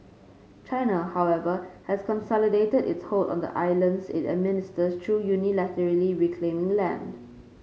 China however has consolidated its hold on the islands it administers through unilaterally reclaiming land